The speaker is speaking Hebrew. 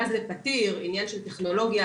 ואז זה פתיר ועניין של טכנולוגיה,